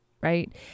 right